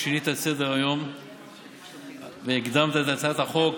ששינית את סדר-היום והקדמת את הצעת החוק